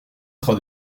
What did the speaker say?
sera